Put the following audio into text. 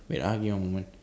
wait ah give me a moment